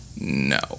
No